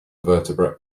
vertebrate